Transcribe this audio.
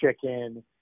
chicken